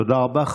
תודה רבה.